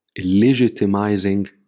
legitimizing